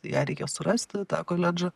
ją reikia surasti tą koledžą